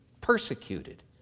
persecuted